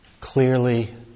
clearly